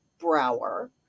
Brower